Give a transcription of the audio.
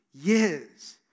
Years